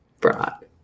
brought